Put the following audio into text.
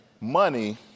money